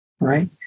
right